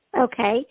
Okay